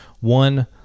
one